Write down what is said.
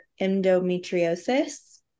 endometriosis